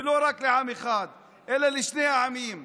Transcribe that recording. לא רק לעם אחד אלא לשני העמים,